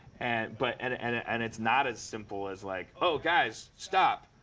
and but and ah and and it's not as simple as, like, oh, guys stop.